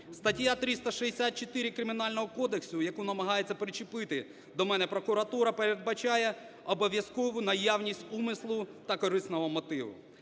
Стаття 364 Кримінального кодексу, яку намагається причепити до мене прокуратура, передбачає обов'язкову наявність умислу та корисного мотиву.